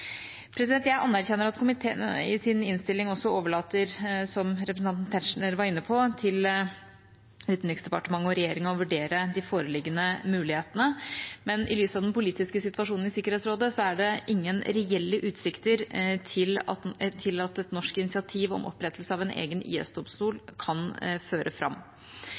Jeg anerkjenner at komiteen i sin innstilling også overlater, som representanten Tetzschner var inne på, til Utenriksdepartementet og regjeringen å vurdere de foreliggende mulighetene, men i lys av den politiske situasjonen i Sikkerhetsrådet er det ingen reelle utsikter til at et norsk initiativ om opprettelse av en egen IS-domstol kan føre fram.